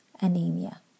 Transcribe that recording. anemia